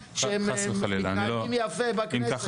שהם מתנהגים יפה בכנסת.